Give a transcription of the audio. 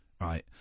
Right